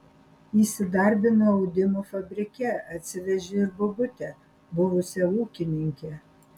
įsidarbino audimo fabrike atsivežė ir bobutę buvusią ūkininkę